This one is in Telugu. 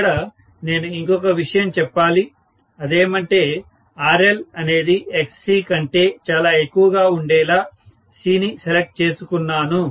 ఇక్కడ నేను ఇంకొక విషయం చెప్పాలి అదేమంటే RL అనేది XC కంటే చాలా ఎక్కువ గా ఉండేలా C ని సెలెక్ట్ చేసుకున్నాను